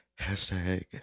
Hashtag